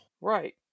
Right